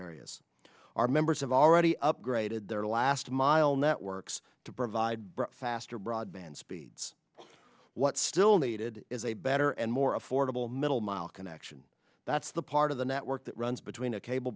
areas our members have already upgraded their last mile networks to provide faster broadband speeds what's still needed is a better and more affordable middle mile connection that's the part of the network that runs between a cable